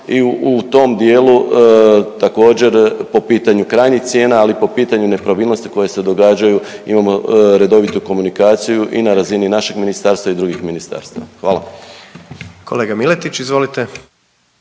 i u tom dijelu također, po pitanju krajnjih cijena, ali i po pitanju nepravilnosti koje se događaju, imamo redovitu komunikaciju i na razini našeg ministarstva i drugih ministarstava. Hvala. **Jandroković, Gordan